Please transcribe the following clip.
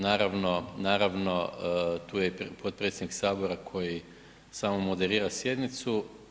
Naravno, naravno, tu je i potpredsjednik Sabora koji samo moderira sjednicu.